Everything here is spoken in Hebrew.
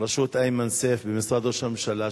בראשות איימן סייף במשרד ראש הממשלה,